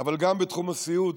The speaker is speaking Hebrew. אבל גם בתחום הסיעוד.